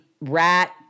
rat